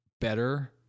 better